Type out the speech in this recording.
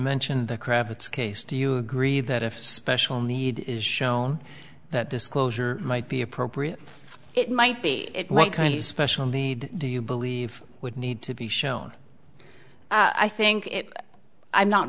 mention the cravats case do you agree that if a special need is shown that disclosure might be appropriate it might be a special need do you believe would need to be shown i think i'm not